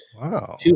Wow